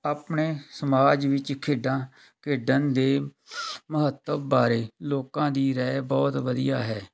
ਆਪਣੇ ਸਮਾਜ ਵਿੱਚ ਖੇਡਾਂ ਖੇਡਣ ਦੇ ਮਹੱਤਵ ਬਾਰੇ ਲੋਕਾਂ ਦੀ ਰਾਏ ਬਹੁਤ ਵਧੀਆ ਹੈ